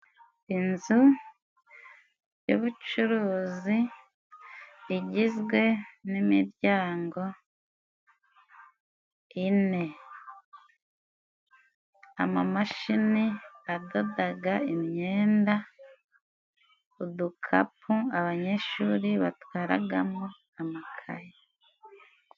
Inzu y'ubucuruzi igizwe nimiryango ine, amamashini adodaga imyenda, udukapu abanyeshuri batwaragamo amakaye.